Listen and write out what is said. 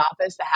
office